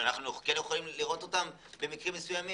אנו כן יכולים לראות אותם במקרים מסוימים?